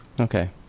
Okay